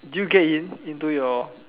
did you get in into your